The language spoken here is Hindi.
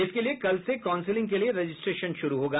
इसके लिए कल से काउंसिलिंग के लिए रजिस्ट्रेशन शुरू होगा